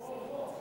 הוא פה,